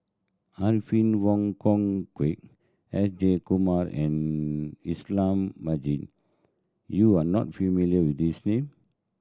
Alfred Wong Hong Kwok S Jayakumar and Ismail Marjan you are not familiar with these name